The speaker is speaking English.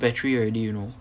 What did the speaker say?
battery already you know